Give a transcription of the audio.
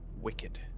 Wicked